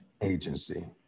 agency